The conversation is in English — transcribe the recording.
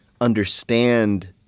understand